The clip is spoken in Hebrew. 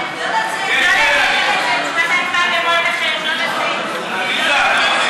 ההצעה להעביר לוועדה את הצעת חוק מערך